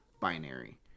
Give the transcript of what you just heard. binary